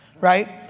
Right